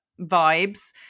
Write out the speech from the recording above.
vibes